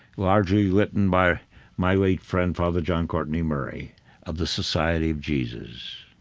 largely written by my late friend father john courtney murray of the society of jesus,